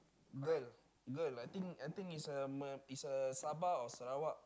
girl girl I think I think is a me~ is a Sabah or Sarawak